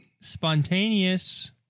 spontaneous